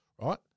right